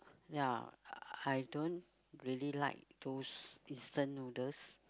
ya I don't really like those instant noodles